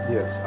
Yes